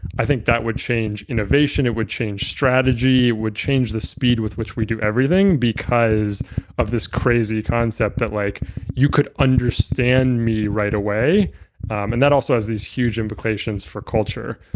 i think that would change innovation, it would change strategy, it would change the speed with which we do everything because of this crazy concept that like you could understand me right away and that also has these huge implications for culture.